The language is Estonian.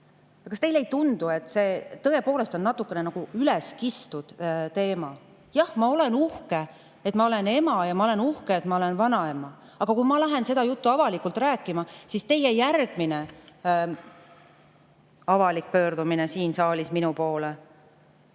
Kas teile ei tundu, et see tõepoolest on natukene nagu üleskistud teema? Jah, ma olen uhke, et ma olen ema, ja ma olen uhke, et ma olen vanaema, aga kui ma lähen seda juttu avalikult rääkima, siis ma ei usu, et teie järgmine avalik pöördumine siin saalis minu poole